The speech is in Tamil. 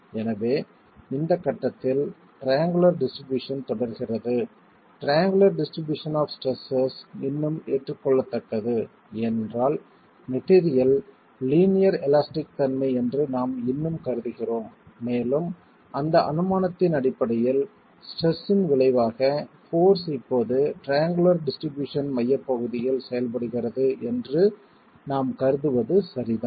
எனவே இந்த கட்டத்தில் டிரியங்குளர் டிஸ்ட்ரிபியூஷன் தொடர்கிறது டிரியங்குளர் டிஸ்ட்ரிபியூஷன் ஆப் ஸ்ட்ரெஸ்ஸஸ் இன்னும் ஏற்றுக்கொள்ளத்தக்கது ஏனென்றால் மெட்டீரியல் லீனியர் எலாஸ்டிக் தன்மை என்று நாம் இன்னும் கருதுகிறோம் மேலும் அந்த அனுமானத்தின் அடிப்படையில் ஸ்ட்ரெஸ்ன் விளைவாக போர்ஸ் இப்போது டிரியங்குளர் டிஸ்ட்ரிபியூஷன் மையப்பகுதி இல் செயல்படுகிறது என்று நாம் கருதுவது சரிதான்